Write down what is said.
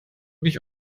mich